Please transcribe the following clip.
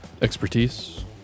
Expertise